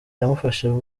yamufashe